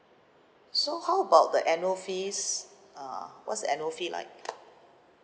so how about the annual fees uh what's the annual fee like